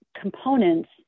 components